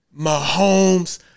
Mahomes